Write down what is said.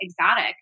exotic